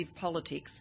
politics